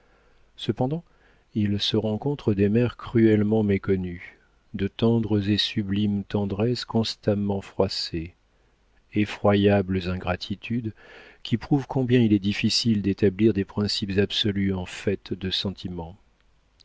cependant il se rencontre des mères cruellement méconnues de tendres et sublimes tendresses constamment froissées effroyables ingratitudes qui prouvent combien il est difficile d'établir des principes absolus en fait de sentiment